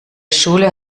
schule